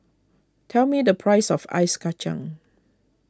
tell me the price of Ice Kachang